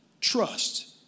trust